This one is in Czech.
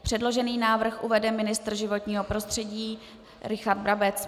Předložený návrh uvede ministr životního prostředí Richard Brabec.